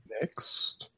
Next